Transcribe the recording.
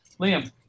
Liam